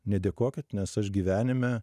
nedėkokit nes aš gyvenime